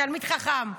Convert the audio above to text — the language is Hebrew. תלמיד חכם.